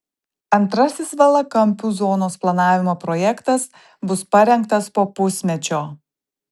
antrasis valakampių zonos planavimo projektas bus parengtas po pusmečio